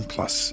Plus